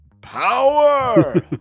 Power